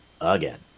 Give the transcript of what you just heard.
again